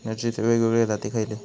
मिरचीचे वेगवेगळे जाती खयले?